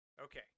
Okay